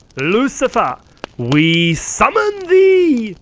lucifer we summon thee!